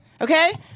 okay